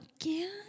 again